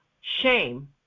Shame